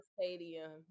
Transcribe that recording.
Stadium